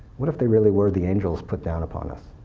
what if they really were the angels put down upon us?